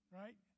right